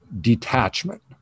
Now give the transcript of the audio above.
detachment